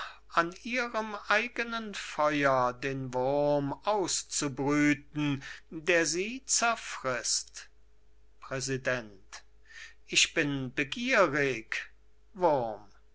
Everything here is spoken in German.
an ihrem eigenen feuer den wurm auszubrüten der sie zerfrißt präsident ich bin begierig wurm